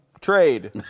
trade